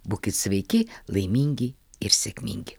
būkit sveiki laimingi ir sėkmingi